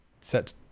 set